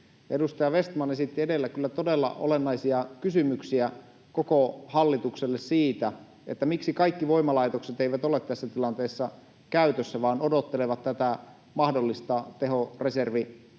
Edustaja Vestman esitti edellä kyllä todella olennaisia kysymyksiä koko hallitukselle siitä, miksi kaikki voimalaitokset eivät ole tässä tilanteessa käytössä vaan odottelevat tätä mahdollista tehoreservipäätöstä,